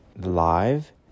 Live